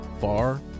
far